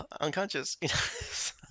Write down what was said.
unconscious